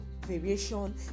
variation